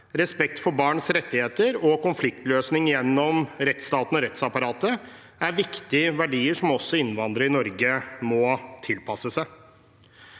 respekt for barns rettigheter og konfliktløsning gjennom rettsstaten og rettsapparatet er viktige verdier som også innvandrere i Norge må tilpasse seg.